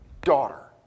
Daughter